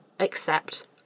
Accept